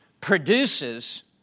produces